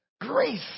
grace